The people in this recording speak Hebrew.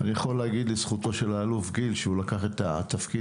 אני יכול להגיד לזכותו של האלוף גיל שהוא לקח את התפקיד